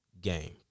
game